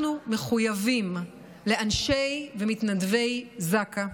אנחנו מחויבים לאנשי ומתנדבי זק"א.